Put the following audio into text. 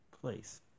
place